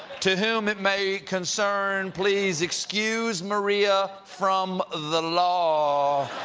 to whom it may concern, please excuse maria from the law.